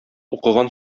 укыган